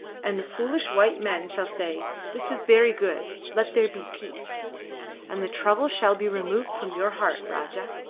and the foolish white men shall say, this is very good let there be peace and the trouble shall be removed from your heart, rajah.